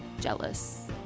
Jealous